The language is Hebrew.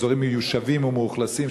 אזורים מיושבים ומאוכלסים,